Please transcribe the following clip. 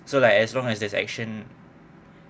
so like as long as there's action